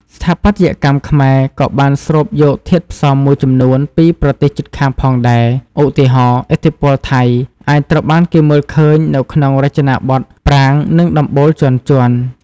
ស្ថាបត្យកម្មខ្មែរក៏បានស្រូបយកធាតុផ្សំមួយចំនួនពីប្រទេសជិតខាងផងដែរ។ ឧទាហរណ៍ ឥទ្ធិពលថៃអាចត្រូវបានគេមើលឃើញនៅក្នុងរចនាបថប្រាង្គ និងដំបូលជាន់ៗ។